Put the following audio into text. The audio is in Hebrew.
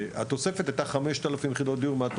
התוספת הייתה 5,000 יחידות דיור בנוסף